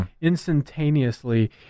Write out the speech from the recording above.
instantaneously